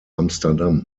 amsterdam